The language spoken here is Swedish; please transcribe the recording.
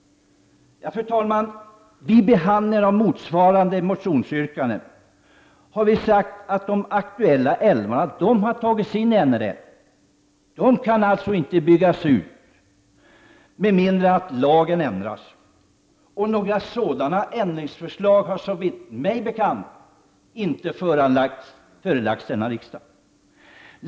Fru talman! Vid behandlingen av motsvarande motionsyrkanden 1989 anförde utskottet att de nu aktuella älvarna har tagits in i NRL. De kan alltså inte byggas ut med mindre än att lagen ändras. Några sådana ändringsförslag har såvitt mig bekant inte förelagts riksdagen.